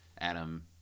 Adam